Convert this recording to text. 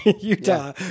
Utah